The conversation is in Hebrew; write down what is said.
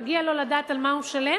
מגיע לו לדעת על מה הוא משלם,